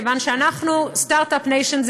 כיוון שאנחנו startup nation,